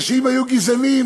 אם היו גזענים,